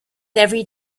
every